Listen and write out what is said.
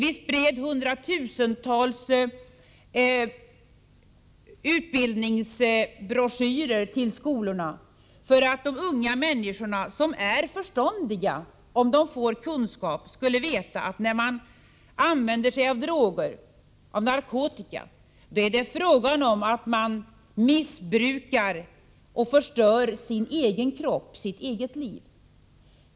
Vi spred hundratusentals utbildningsbroschyrer till skolorna för att de unga människorna, som är förståndiga om de får kunskap, skulle veta att bruk av narkotika innebär att man missbrukar och förstör sin egen kropp, sitt eget liv.